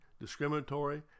discriminatory